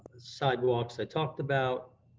sidewalks i talked about.